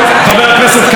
ממש לא, חבר הכנסת כבל.